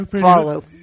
follow